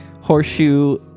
Horseshoe